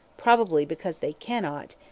probably because they cannot,